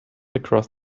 across